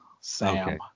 Sam